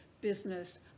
business